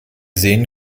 sehen